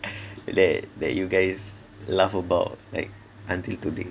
that that you guys laugh about like until today